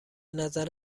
نظر